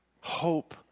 hope